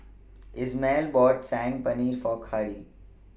Ismael bought Saag Paneer For Khari